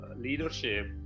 leadership